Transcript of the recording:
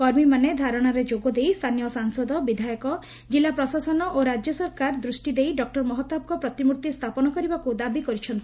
କର୍ମୀମାନେ ଧାରଣାରେ ଯୋଗଦେଇ ସ୍ଚାନୀୟ ସାଂସଦ ବିଧାୟକ କିଲ୍ଲା ପ୍ରଶାସନ ଓ ରାଜ୍ୟ ସରକାର ଦୃଷ୍ଟି ଦେଇ ଡକ୍ଟର ମହତାବଙ୍କ ପ୍ରତିମର୍ତ୍ତି ସ୍ଥାପନ କରିବାକ ଦାବି କରିଛନ୍ତି